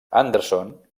anderson